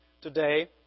today